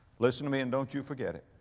listen to me and don't you forget it,